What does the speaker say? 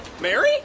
Mary